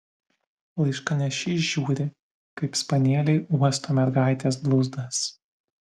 laiškanešys žiūri kaip spanieliai uosto mergaitės blauzdas